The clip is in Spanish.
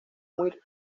muy